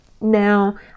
Now